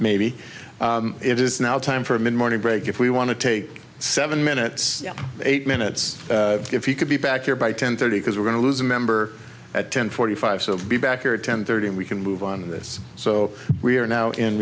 maybe it is now time for a mid morning break if we want to take seven minutes eight minutes if you could be back here by ten thirty because we're going to lose a member at ten forty five so be back here at ten thirty and we can move on this so we are now in